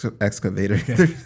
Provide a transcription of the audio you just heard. excavator